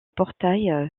portail